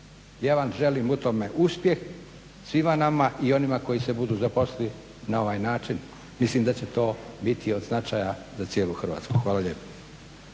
Ja vam želim u tome uspjeh, svima nama i onima koji se budu zaposlili na ovaj način. Mislim da će to biti od značaja za cijelu Hrvatsku. Hvala lijepa.